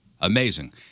Amazing